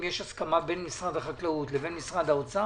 אם יש הסכמה בין משרד החקלאות לבין משרד האוצר,